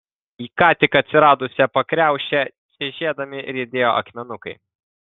į ką tik atsiradusią pakriaušę čežėdami riedėjo akmenukai